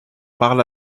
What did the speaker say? parle